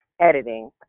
editing